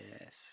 Yes